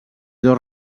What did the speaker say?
dos